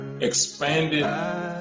expanded